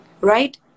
Right